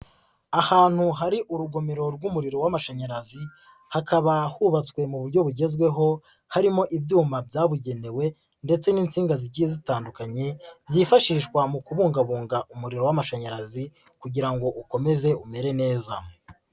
Ahantu hari urugomero rw'umuriro w'amashanyarazi hakaba hubatswe mu buryo bugezweho harimo ibyuma byabugenewe ndetse n'insinga zigiye zitandukanye byifashishwa mu kubungabunga umuriro w'amashanyarazi kugira ngo ukomeze umere neza.